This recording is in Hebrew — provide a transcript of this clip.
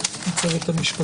הישיבה ננעלה בשעה